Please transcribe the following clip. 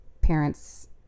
parents